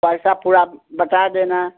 पैसा थोड़ा बता देना